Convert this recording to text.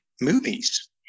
movies